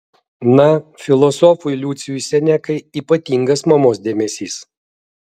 na filosofui lucijui senekai ypatingas mamos dėmesys